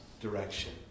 direction